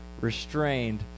restrained